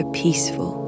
peaceful